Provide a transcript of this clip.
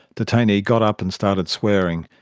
detainee got up and started swearing.